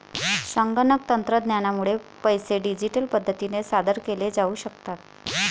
संगणक तंत्रज्ञानामुळे पैसे डिजिटल पद्धतीने सादर केले जाऊ शकतात